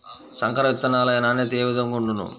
సంకర విత్తనాల నాణ్యత ఏ విధముగా ఉండును?